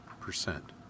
percent